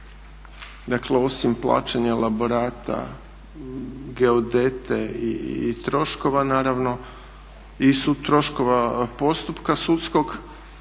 dakle osim plaćanja elaborata, geodete i troškova naravno i sutroškova postupka sudskog.